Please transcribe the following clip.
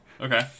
Okay